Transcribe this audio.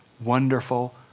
wonderful